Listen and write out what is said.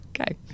okay